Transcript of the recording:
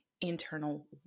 internal